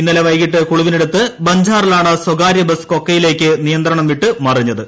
ഇന്നലെ വൈകിട്ട് കുളുവിനടുത്ത് ബൻജാറിലാണ് സ്വകാര്യ ബസ് കൊക്കയിലേക്ക് നിയന്ത്രണം വിട്ടു മിറഞ്ഞത്